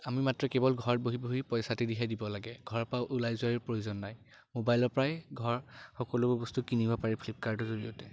আমি মাত্ৰ কেৱল ঘৰত বহি বহি পইচাটিহে দিব লাগে ঘৰৰ পৰা ওলাই যোৱাৰো প্ৰয়োজন নাই মোবাইলৰ পৰাই ঘৰ সকলোবোৰ বস্তু কিনিব পাৰি ফ্লিপকাৰ্টৰ জৰিয়তে